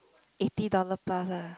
eighty dollar plus ah